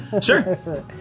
sure